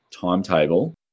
timetable